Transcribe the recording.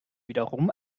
wiederum